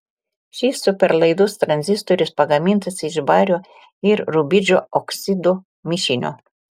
šis superlaidus tranzistorius pagamintas iš bario ir rubidžio oksidų mišinio